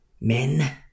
men